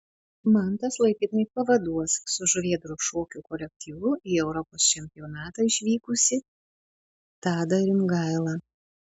mantas laikinai pavaduos su žuvėdros šokių kolektyvu į europos čempionatą išvykusi tadą rimgailą